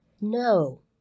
No